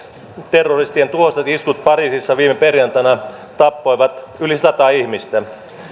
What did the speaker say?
terroristien tuhoisat iskut pariisissa viime perjantaina tappoivat yli sata ihmistä